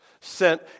Sent